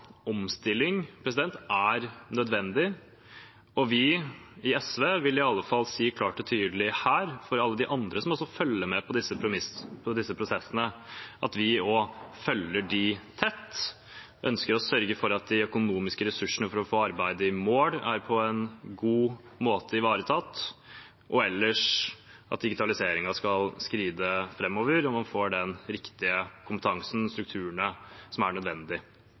Omstilling er nødvendig, og vi i SV vil i alle fall si klart og tydelig her – for alle andre som også følger med på disse prosessene – at vi også følger dem tett og ønsker å sørge for at det er økonomiske ressurser for få arbeidet i mål på en god måte, og at digitaliseringen kan skride framover så man får den riktige kompetansen og de strukturene som er